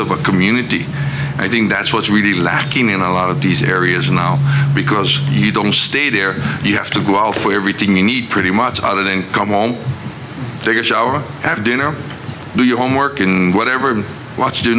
a community i think that's what's really lacking in a lot of these areas now because you don't stay here you have to go out for everything you need pretty much other than come home take a shower have dinner do your homework and whatever and watch